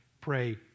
pray